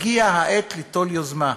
הגיעה העת ליטול יוזמה,